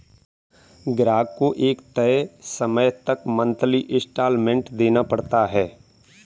ग्राहक को एक तय समय तक मंथली इंस्टॉल्मेंट देना पड़ता है